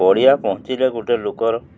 ପଡ଼ିଆ ପହଁଞ୍ଚିଲେ ଗୋଟେ ଲୋକର